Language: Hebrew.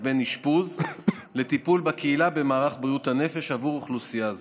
בין אשפוז לטיפול בקהילה במערך בריאות הנפש עבור אוכלוסייה זו,